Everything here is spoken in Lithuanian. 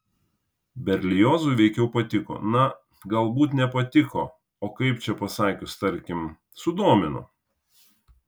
berliozui veikiau patiko na galbūt ne patiko o kaip čia pasakius tarkim sudomino